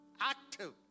active